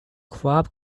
club